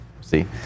see